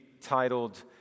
titled